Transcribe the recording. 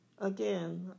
again